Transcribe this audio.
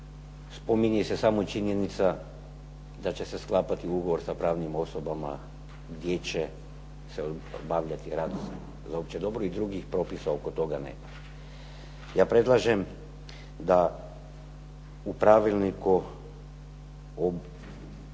spominje se samo činjenica da će se sklapati ugovor sa pravnim osobama gdje će se obavljati rad za opće dobro i drugih propisa oko toga nema. Ja predlažem da u Pravilniku o